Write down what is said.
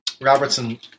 Robertson